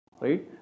Right